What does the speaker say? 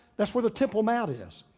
that's where the temple mount is.